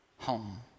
Home